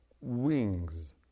wings